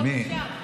עופר כסיף, בבקשה.